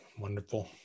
Wonderful